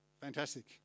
Fantastic